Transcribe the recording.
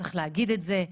צריך להגיד את זה.